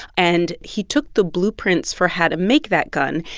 and he took the blueprints for how to make that gun,